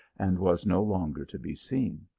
and was no longer to be seen.